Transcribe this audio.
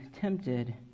tempted